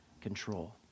control